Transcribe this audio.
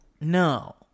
No